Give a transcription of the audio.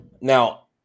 now –